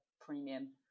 premium